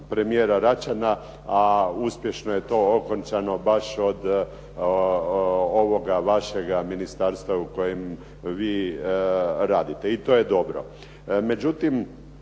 premijera Račana, a uspješno je to okončano baš od ovoga vašega ministarstava u kojem vi radite. I to je dobro.